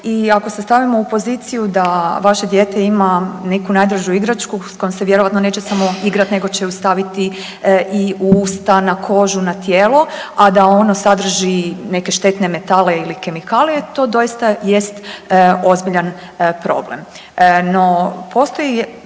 i ako se stavimo u poziciju da vaše dijete ima neku najdražu igračku s kojom se vjerojatno neće samo igrat nego će je stavit i u usta, na kožu, na tijelo a da ono sadrži neke štetne metale ili kemikalije, to doista jest ozbiljan problem. No, postoji